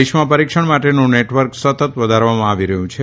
દેશમાં પરીક્ષણ માટેનું નેટવર્ક સતત વધારવામાં આવી રહયું છે